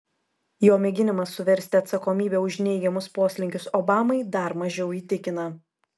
jo mėginimas suversti atsakomybę už neigiamus poslinkius obamai dar mažiau įtikina